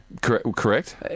Correct